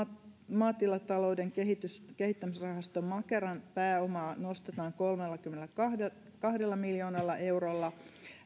maatilatalouden kehittämisrahasto makeran pääomaa nostetaan kolmellakymmenelläkahdella miljoonalla eurolla